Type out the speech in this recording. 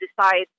decide